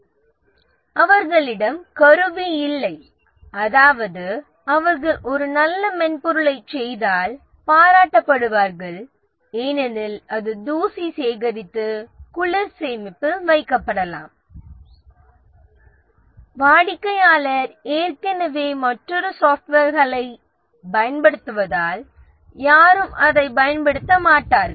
அவர்களிடம் இன்ஸ்ட்ருமெண்டாலிட்டி இல்லை அதாவது அவர்கள் ஒரு நல்ல மென்பொருளைச் செய்தால் பாராட்டப்படுவார்கள் ஏனெனில் அது தூசி சேகரித்து குளிர் சேமிப்பில் வைக்கப்படலாம் வாடிக்கையாளர் ஏற்கனவே மற்றொரு மென்பொருளை பயன்படுத்துவதால் யாரும் அதைப் பயன்படுத்த மாட்டார்கள்